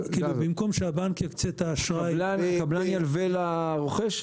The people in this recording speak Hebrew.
הקבלן ילווה לרוכש?